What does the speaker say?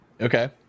okay